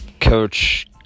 Coach